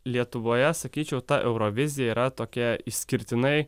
lietuvoje sakyčiau ta eurovizija yra tokia išskirtinai